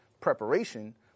preparation